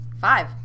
Five